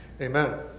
amen